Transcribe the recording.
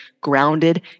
grounded